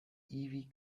ivy